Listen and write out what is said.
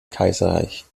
kaiserreich